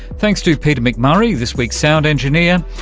thanks to peter mcmurray, this week's sound engineer,